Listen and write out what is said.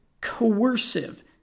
coercive